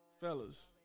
Fellas